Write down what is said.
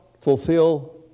fulfill